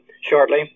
shortly